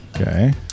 Okay